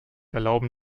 erlauben